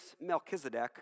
Melchizedek